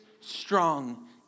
strong